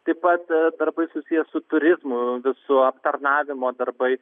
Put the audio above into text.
taip pat darbai susiję su turizmu visu aptarnavimo darbai